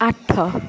ଆଠ